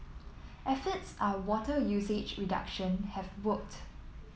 efforts are water usage reduction have worked